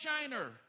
shiner